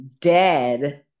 dead